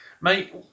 Mate